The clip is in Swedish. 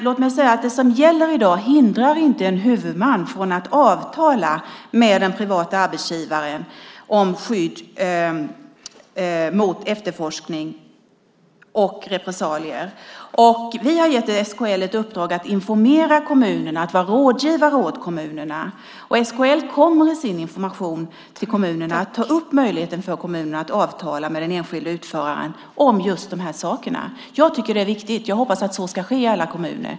Låt mig säga att det som gäller i dag inte hindrar en huvudman från att avtala med den privata arbetsgivaren om skydd mot efterforskning och repressalier. Vi har gett SKL i uppdrag att informera kommunerna och att vara rådgivare åt kommunerna. SKL kommer att i sin information till kommunerna ta upp möjligheten för kommunerna att avtala med den enskilda utföraren om just de här sakerna. Jag tycker att det är viktigt. Jag hoppas att så ska ske i alla kommuner.